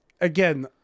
again